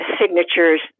signatures